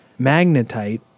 magnetite